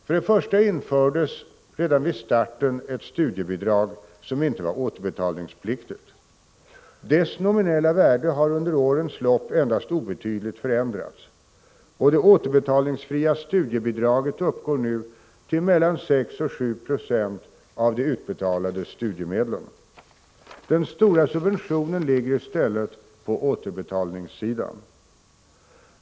För det första infördes redan vid starten ett studiebidrag som inte var återbetalningspliktigt. Dess nominella värde har under årens lopp endast obetydligt förändrats. Och det återbetalningsfria studiebidraget uppgår nu till mellan 6 och 7 20 av de utbetalade studiemedlen. Den stora subventionen ligger i stället på återbetalningssidan.